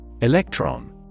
Electron